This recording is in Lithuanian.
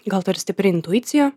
gal ta ir stipri intuicija